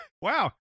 Wow